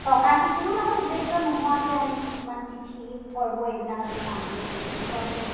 থকা কিছুমান আৰু উদ্দেশ্য নোহোৱাকে আমি কিছুমান তিথি পৰ্ব এইবিলাক আমি পালন কৰোঁ তেনেকুৱাবিলাক